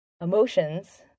emotions